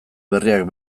berriak